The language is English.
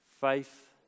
Faith